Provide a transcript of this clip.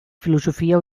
filosofia